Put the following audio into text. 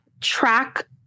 track